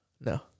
No